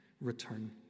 return